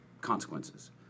consequences